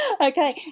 okay